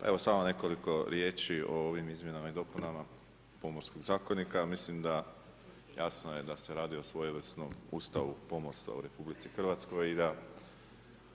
Pa evo samo nekoliko riječi o ovim izmjenama i dopunama Pomorskog zakonika jer mislim da jasno je da se radi o svojevrsnom Ustavu pomorstva u RH i da